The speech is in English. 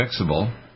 fixable